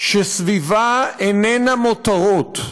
שסביבה איננה מותרות,